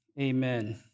amen